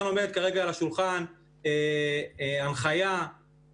כן עומדת כרגע על השולחן הנחיה שעדיין